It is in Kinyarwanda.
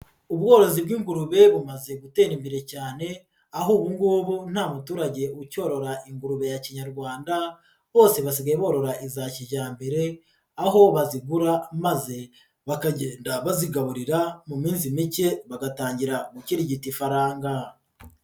Ubworozi bw'ingurube bumaze gutera imbere cyane, aho ubu ngubu nta muturage ucyorora ingurube ya Kinyarwanda, bose basigaye borora iza kijyambere, aho bazigura maze bakagenda bazigaburira, mu minsi mike bagatangira gukirigita ifaranga.